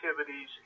activities